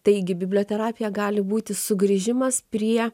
taigi biblioterapija gali būti sugrįžimas prie